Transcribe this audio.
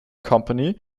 company